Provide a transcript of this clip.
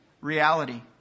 reality